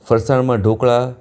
ફરસાણમાં dhokla